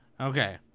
okay